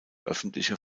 öffentliche